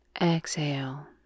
exhale